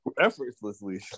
effortlessly